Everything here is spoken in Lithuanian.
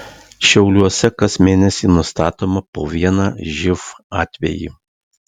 šiauliuose kas mėnesį nustatoma po vieną živ atvejį